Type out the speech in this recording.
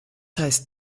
heißt